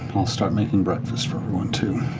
i'll start making breakfast for everyone, too.